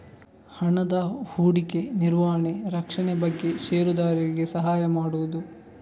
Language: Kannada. ಹಣದ ಹೂಡಿಕೆ, ನಿರ್ವಹಣೆ, ರಕ್ಷಣೆ ಬಗ್ಗೆ ಷೇರುದಾರರಿಗೆ ಸಹಾಯ ಮಾಡುದು